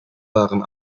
waren